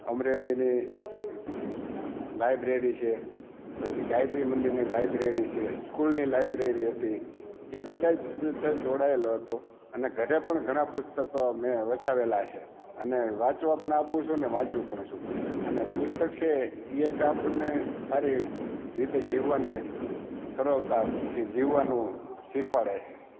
અમરેલીની library છે પછી ગાયત્રી મંદિરની લાઈબ્રેરી છે સ્કૂલની લાઈબ્રેરી હતી એ બધા જ જોડાયેલો હતો અને ઘરે પણ ઘણા પુસ્તકો અમે વસાવેલા છે અને વાંચવા પણ આપું છું અને વાંચું પણ છું અને પુસ્તક છે એ એક આપણને સારી રીતે જીવવાની સરળતાથી જીવાનું શિખવાડે છે